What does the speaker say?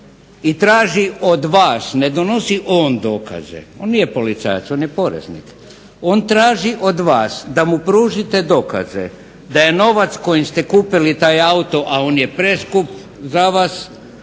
i traži od vas, ne donosi on dokaze, on nije policajac, on je poreznik, on traži od vas da mu pružite dokaze da je novac kojim ste kupili taj auto, a on je preskup za vas